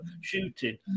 shooting